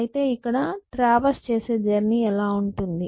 అయితే ఇక్కడ ట్రావెర్స్ చేసే జర్నీ ఎలా ఉంటుంది